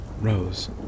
Rose